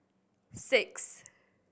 six